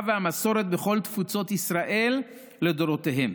והמסורת בכל תפוצות ישראל לדורותיהם.